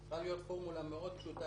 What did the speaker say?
צריכה להיות פורמולה מאוד פשוטה